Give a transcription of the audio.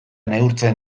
neurtzen